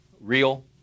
real